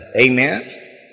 Amen